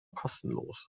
kostenlos